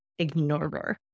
ignorer